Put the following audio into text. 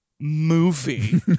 movie